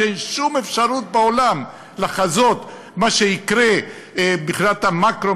כשאין שום אפשרות בעולם לחזות מה שיקרה מבחינת המקרו,